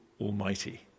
Almighty